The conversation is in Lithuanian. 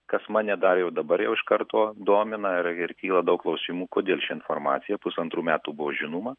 kas mane dar jau dabar jau iš karto domina ir ir kyla daug klausimų kodėl ši informacija pusantrų metų buvo žinoma